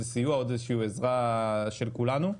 סיוע או עוד איזו שהיא עזרה של כולנו.